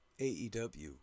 aew